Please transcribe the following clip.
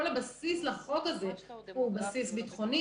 כל הבסיס לחוק הזה הוא בסיס ביטחוני.